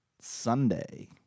Sunday